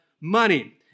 money